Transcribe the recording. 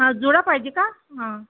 हां जुडा पाहिजे का हां